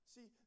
See